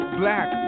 black